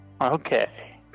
okay